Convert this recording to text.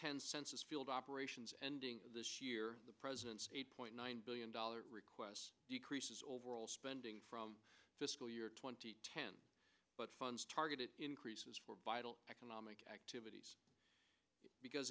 ten census field operations ending this year the president's eight point nine billion dollars request decreases overall spending from fiscal year twenty ten but funds targeted increases for vital economic activities because